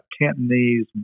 Cantonese